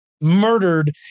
murdered